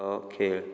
हो खेळ